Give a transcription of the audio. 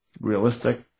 realistic